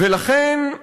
ולכן,